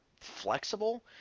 flexible